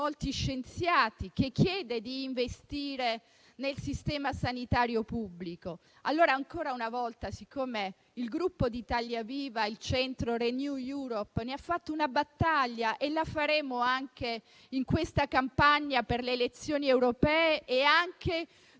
scienziati che chiedono di investire nel sistema sanitario pubblico. Ancora una volta, siccome il Gruppo di Italia Viva-Il Centro-Renew Europe di questo ha fatto una battaglia, la faremo anche in questa campagna per le elezioni europee e anche